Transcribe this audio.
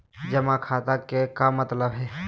जमा खाता के का मतलब हई?